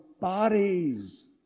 bodies